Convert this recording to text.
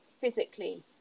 physically